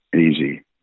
easy